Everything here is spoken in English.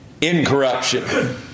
incorruption